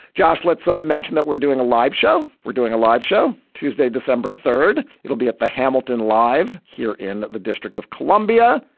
josh let's up mentioned that we're doing a live show. we're doing a live show tuesday december third. it'll be at the hamilton live here in the district of columbia.